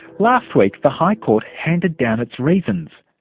last week the high court handed down its reasons,